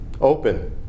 open